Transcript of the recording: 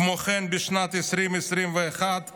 כמו כן, בשנת 2021 אמר: